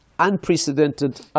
unprecedented